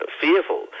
fearful